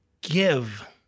give